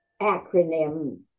acronym